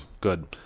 Good